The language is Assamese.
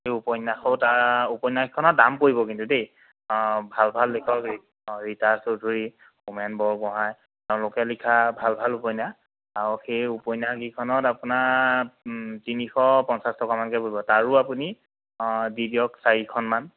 সেই উপন্যাসও তাৰ উপন্যাসকেইখনত দাম পৰিব কিন্তু দেই অ' ভাল ভাল লিখক অঁ ৰীতা চৌধুৰী হোমেন বৰগোহাঁই তেওঁলোকে লিখা ভাল ভাল উপন্যাস আৰু সেই উপন্যাসকেইখনত আপোনাৰ তিনিশ পঞ্চাছ টকামানকৈ পৰিব তাৰো আপুনি দি দিয়ক চাৰিখনমান